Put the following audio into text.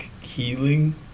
healing